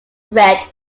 red